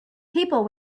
people